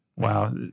Wow